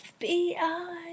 FBI